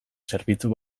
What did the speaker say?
zerbitzu